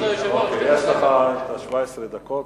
בסדר, יש לך ה-17 דקות.